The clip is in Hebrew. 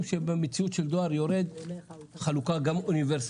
במציאות של דואר יורד צריכה להיות גם חלוקה אוניברסלית.